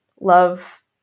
love